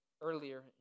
earlier